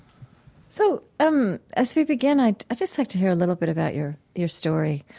so um as we begin, i'd just like to hear a little bit about your your story.